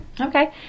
Okay